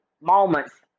moments